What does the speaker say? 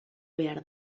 behar